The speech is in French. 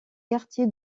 quartier